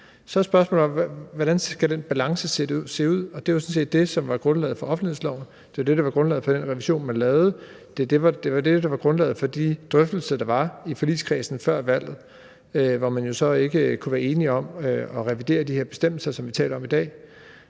se ud. Det var jo sådan set det, som var grundlaget for offentlighedsloven. Det var det, der var grundlaget for den revision, man lavede, og det var det, der var grundlaget for de drøftelser, der var, i forligskredsen før valget, hvor man jo så ikke kunne blive enige om at revidere de her bestemmelser, som vi taler om i dag.